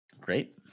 Great